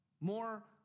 more